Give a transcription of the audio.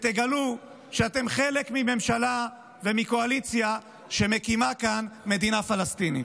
ותגלו שאתם חלק מהממשלה ומהקואליציה שמקימה כאן מדינה פלסטינית.